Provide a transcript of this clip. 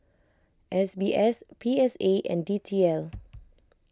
S B S P S A and D T L